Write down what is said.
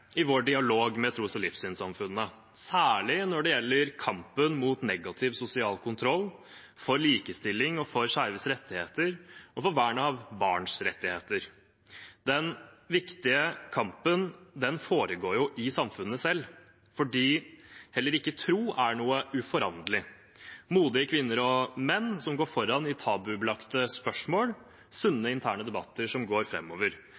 i vår dialog med tros- og livssynssamfunnene, særlig når det gjelder kampen mot negativ sosial kontroll, for likestilling, for skeives rettigheter og for vern av barns rettigheter. Den viktige kampen foregår i samfunnet selv, for heller ikke tro er noe uforanderlig – modige kvinner og menn som går foran i tabubelagte spørsmål, sunne interne debatter som går